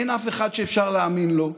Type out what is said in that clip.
אין אף אחד שאפשר להאמין לו,